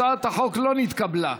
הצעת החוק לא נתקבלה.